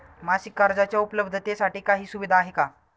मासिक कर्जाच्या उपलब्धतेसाठी काही सुविधा आहे का?